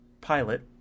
pilot